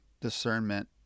discernment